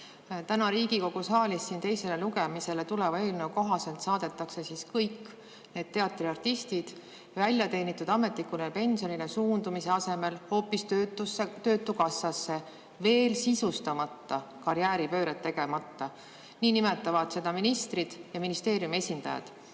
Täna Riigikogu saalis teisele lugemisele tuleva eelnõu kohaselt saadetakse kõik need teatriartistid väljateenitud ametlikule pensionile suundumise asemel hoopis töötukassasse veel sisustamata karjääripööret tegema. Nii nimetavad seda ministrid ja ministeeriumi esindajad.